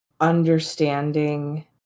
understanding